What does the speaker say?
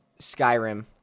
Skyrim